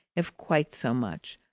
if quite so much,